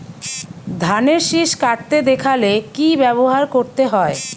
ধানের শিষ কাটতে দেখালে কি ব্যবহার করতে হয়?